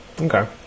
Okay